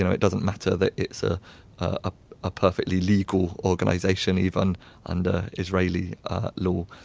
it doesn't matter that it's ah ah a perfectly legal organization even under israeli law,